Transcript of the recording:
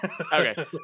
Okay